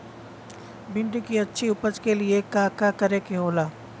भिंडी की अच्छी उपज के लिए का का करे के होला?